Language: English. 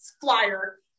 flyer